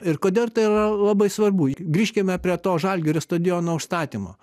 ir kodėl tai yra labai svarbu grįžkime prie to žalgirio stadiono užstatymo